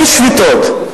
אין שביתות.